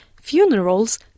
funerals